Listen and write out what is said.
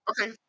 Okay